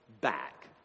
back